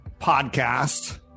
podcast